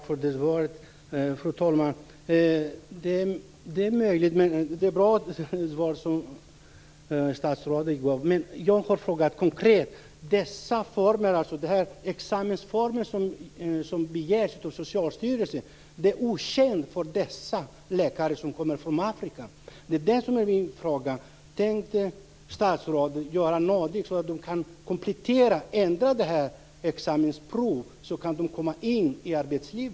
Fru talman! Tack för svaret. Det var ett bra svar som statsrådet gav, men jag har frågat konkret. De examensformer som begärs av Socialstyrelsen är okända för dessa läkare som kommer från Afrika. Det är det som är min fråga. Tänker statsrådet göra någonting så att examensprovet ändras, så att de kan komma in i arbetslivet?